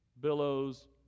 billows